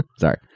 Sorry